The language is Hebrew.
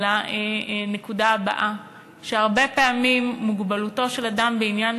לנקודה הבאה: הרבה פעמים מוגבלותו של אדם בעניין